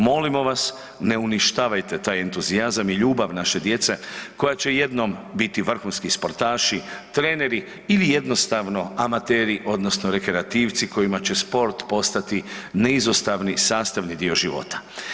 Molim vas ne uništavajte taj entuzijazam i ljubav naše djece koja će jednom biti vrhunski sportaši, treneri ili jednostavno amateri odnosno rekreativci kojima će sport postati neizostavni sastavni dio života.